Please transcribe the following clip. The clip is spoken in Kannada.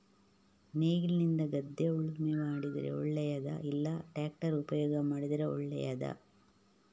ನೇಗಿಲಿನಿಂದ ಗದ್ದೆ ಉಳುಮೆ ಮಾಡಿದರೆ ಒಳ್ಳೆಯದಾ ಇಲ್ಲ ಟ್ರ್ಯಾಕ್ಟರ್ ಉಪಯೋಗ ಮಾಡಿದರೆ ಒಳ್ಳೆಯದಾ?